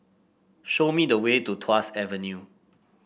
show me the way to Tuas Avenue